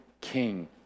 king